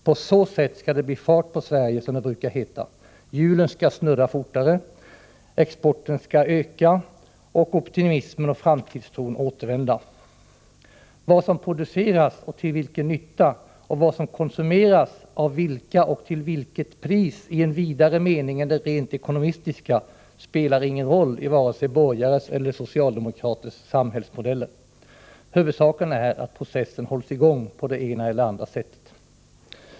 På så sätt skall det bli fart på Sverige, som det brukar heta. Hjulen skall snurra fortare, exporten skall öka och optimismen och framtidstron återvända. Vad som produceras och till vilken nytta, och vad som konsumeras av vilka och till vilket pris i en vidare mening än den rent ekonomistiska spelar ingen roll i vare sig borgares eller socialdemokraters samhällsmodeller. Huvudsaken är att processen hålls i gång på det ena eller andra sättet.